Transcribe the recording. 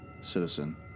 citizen